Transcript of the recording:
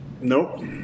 Nope